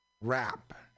rap